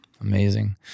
Amazing